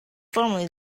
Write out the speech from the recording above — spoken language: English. formerly